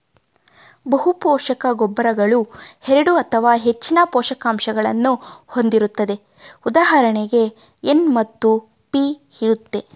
ಬಹುಪೋಷಕ ಗೊಬ್ಬರಗಳು ಎರಡು ಅಥವಾ ಹೆಚ್ಚಿನ ಪೋಷಕಾಂಶಗಳನ್ನು ಹೊಂದಿರುತ್ತದೆ ಉದಾಹರಣೆಗೆ ಎನ್ ಮತ್ತು ಪಿ ಇರುತ್ತೆ